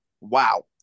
Wow